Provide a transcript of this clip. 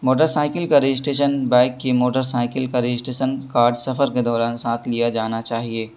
motor cycle کا registration bike کی motorcycle کا رجسٹریسن کارڈ سفر کے دوران ساتھ لیا جانا چاہیے